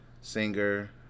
singer